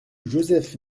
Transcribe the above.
joseph